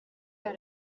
inzu